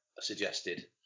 suggested